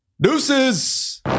deuces